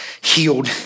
Healed